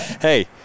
Hey